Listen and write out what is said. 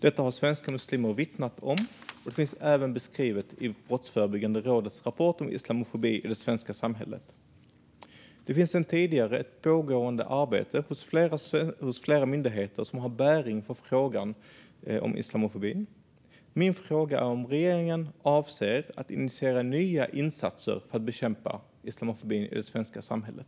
Detta har svenska muslimer vittnat om, och det finns även beskrivet i Brottsförebyggande rådets rapport om islamofobi i det svenska samhället. Det finns sedan tidigare ett pågående arbete hos flera myndigheter som har bäring på frågan om islamofobin. Min fråga är om regeringen avser att initiera nya insatser för att bekämpa islamofobin i det svenska samhället.